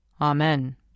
Amen